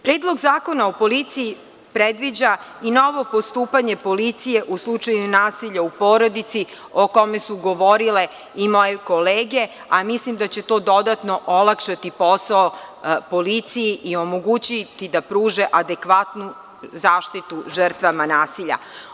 Predlog zakona o policiji predviđa i novo postupanje policije u slučaju nasilja u porodici, o kome su govorile i moje kolege, a mislim da će to dodatno olakšati posao policiji i omogućiti da pruže adekvatnu zaštitu žrtvama nasilja.